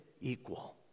equal